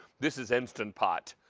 this is instant pot.